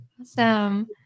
Awesome